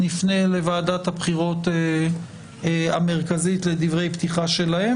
נפנה לוועדת הבחירות המרכזית לדברי פתיחה שלהם,